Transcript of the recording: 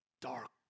dark